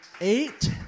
eight